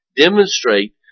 demonstrate